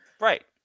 Right